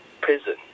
prison